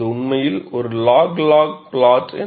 இது உண்மையில் ஒரு லாகு லாகு ப்ளாட்